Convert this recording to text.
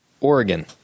Oregon